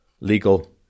legal